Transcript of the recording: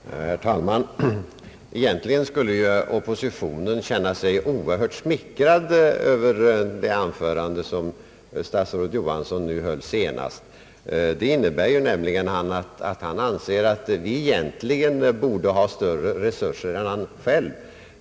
Herr talman! Egentligen borde oppositionen känna sig oerhört smickrad av det anförande som statsrådet Johansson höll nu senast — det innebär ju att han anser att vi i själva verket skulle ha större resurser än han själv.